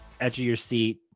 edge-of-your-seat